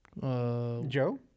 Joe